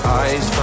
eyes